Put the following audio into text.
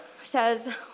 says